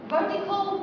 Vertical